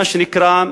מה שנקרא,